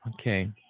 Okay